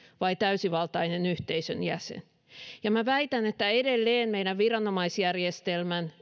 vai täysivaltainen yhteisön jäsen väitän että edelleen yksi meidän viranomaisjärjestelmämme